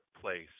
place